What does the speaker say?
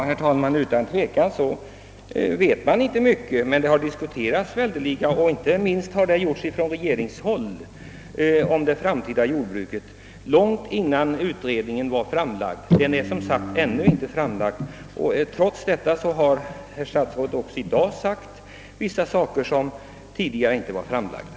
Herr talman! Utan tvivel vet man ännu inte mycket om utredningens förslag till ny jordbrukspolitik. Men från regeringshåll har det framtida jordbruket köpslagits långt innan utredningen är framlagd. Trots detta har statsrådet även i denna debatt framfört synpunkter som tidigare inte redovisats.